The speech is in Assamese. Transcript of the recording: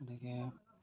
গতিকে